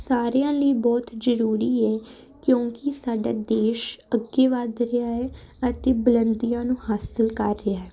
ਸਾਰਿਆਂ ਲਈ ਬਹੁਤ ਜ਼ਰੂਰੀ ਹੈ ਕਿਉਂਕਿ ਸਾਡਾ ਦੇਸ਼ ਅੱਗੇ ਵੱਧ ਰਿਹਾ ਹੈ ਅਤੇ ਬੁਲੰਦੀਆਂ ਨੂੰ ਹਾਸਿਲ ਕਰ ਰਿਹਾ